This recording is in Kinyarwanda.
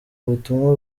ubutumwa